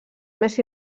més